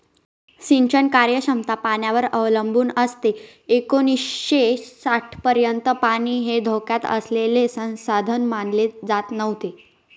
सिंचन कार्यक्षमता पाण्यावर अवलंबून असते एकोणीसशे साठपर्यंत पाणी हे धोक्यात आलेले संसाधन मानले जात नव्हते